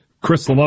Chris